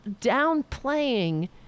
downplaying